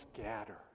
scatter